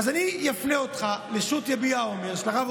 אז אני אפנה אותך לשו"ת "יביע אומר" של הרב